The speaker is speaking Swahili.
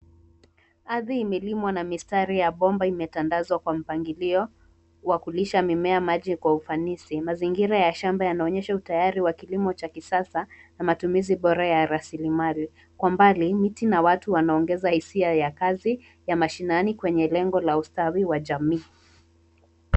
Ardhi imelimwa na mistari ya bomba imetandazwa kwa mpangilio wa kulisha mimea maji kwa ufanisi. Mazingira ya shamba yanaonyesha utayari wa kilimo cha kisasa na matumizi bora ya rasilimali. Kwa mbali, miti na watu wanaongeza hisia ya kazi ya mashinani kwenye lengo la ustawi wa jamii.